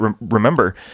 remember